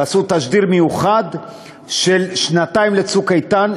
ועשו תשדיר מיוחד של שנתיים ל"צוק איתן".